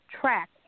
track